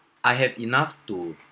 I have enough to